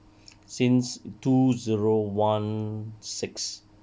since two zero one six